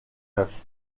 ruf